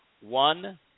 one